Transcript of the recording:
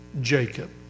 Jacob